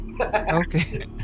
okay